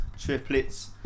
Triplets